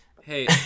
Hey